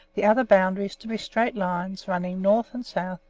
the other boundaries to be straight lines running north and south,